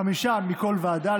חמישה מכל ועדה,